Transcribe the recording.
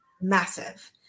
massive